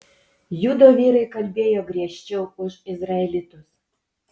judo vyrai kalbėjo griežčiau už izraelitus